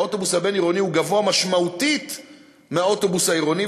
אוטובוס בין-עירוני הוא גבוה משמעותית מאוטובוס עירוני,